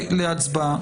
להצבעה.